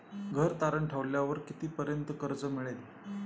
घर तारण ठेवल्यावर कितीपर्यंत कर्ज मिळेल?